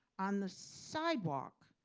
on the sidewalk,